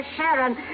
Sharon